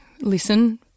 listen